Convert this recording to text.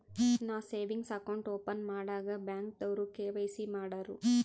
ನಾ savings account open ಮಾಡಾಗ್ ಬ್ಯಾಂಕ್ದವ್ರು ಕೆ.ವೈ.ಸಿ ಮಾಡೂರು